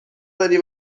داری